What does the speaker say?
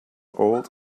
old